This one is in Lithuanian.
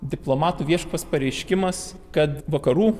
diplomatų viešas pareiškimas kad vakarų